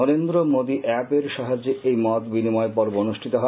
Narendra Modi app এর সাহায্যে এই মত বিনিময় পর্ব অনুষ্ঠিত হয়